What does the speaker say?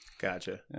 gotcha